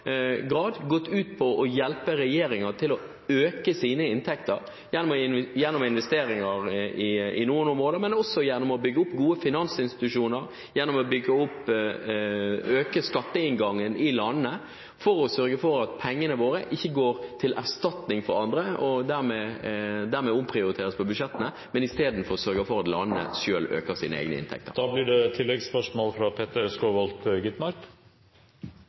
grad gått ut på å hjelpe regjeringer til å øke sine inntekter gjennom investeringer i noen områder, gjennom å bygge opp gode finansinstitusjoner og gjennom å øke skatteinngangen i landene for å sørge for at pengene våre ikke går til erstatning for andre penger og dermed omprioriteres på budsjettene, men i stedet sørger for at landene selv øker sine inntekter. Peter Skovholt Gitmark – til oppfølgingsspørsmål. Det